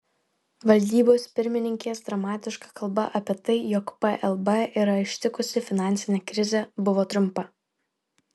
valdybos pirmininkės dramatiška kalba apie tai jog plb yra ištikusi finansinė krizė buvo trumpa